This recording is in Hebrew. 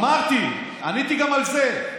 אמרתי ועניתי גם על זה.